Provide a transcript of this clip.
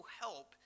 help